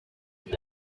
ese